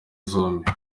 zombi